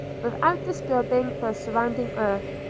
without disturbing the surrounding earth.